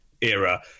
era